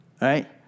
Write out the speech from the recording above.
right